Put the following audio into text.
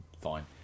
Fine